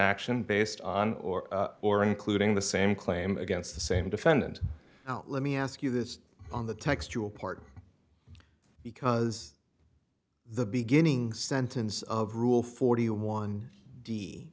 action based on or or including the same claim against the same defendant let me ask you this on the textual part because the beginning sentence of rule forty one